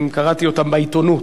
אם קראתי אותה בעיתונות,